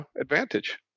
advantage